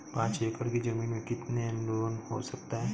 पाँच एकड़ की ज़मीन में कितना लोन हो सकता है?